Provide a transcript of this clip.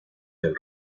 del